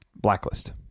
Blacklist